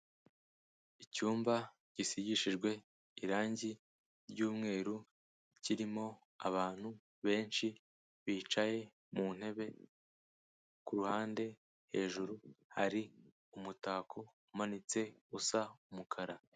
Icyumba gisigishijwe irangi ry'umweru, kirimo abantu benshi bicaye mu ntebe, ku ruhande hejuru hari umutako umanitse usa umukara.